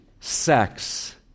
sex